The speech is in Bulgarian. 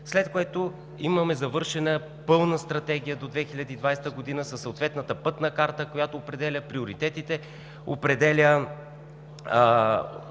След това имаме завършена пълна Стратегия до 2020 г. със съответната пътна карта, която определя приоритетите, определя